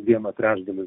vieną trečdalį